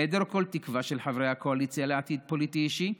בהיעדר כל תקווה של חברי הקואליציה לעתיד פוליטי אישי,